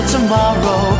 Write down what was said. tomorrow